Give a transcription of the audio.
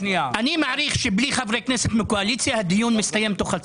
אתה עוד תחזור לאופוזיציה נראה אותך.